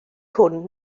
hwn